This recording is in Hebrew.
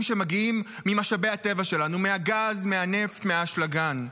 שמגיעים ממשאבי הטבע שלנו, מהגז, מהנפט, מהאשלגן.